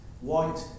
White